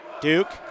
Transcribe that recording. Duke